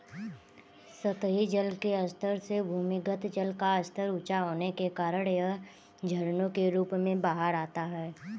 सतही जल के स्तर से भूमिगत जल का स्तर ऊँचा होने के कारण यह झरनों के रूप में बाहर आता है